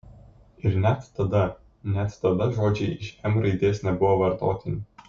ir net tada net tada žodžiai iš m raidės nebuvo vartotini